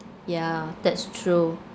yeah that's true